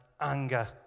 anger